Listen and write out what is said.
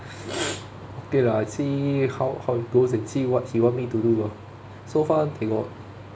okay lah I see how how it goes and see what she want me to do ah so far they got